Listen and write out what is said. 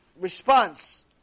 response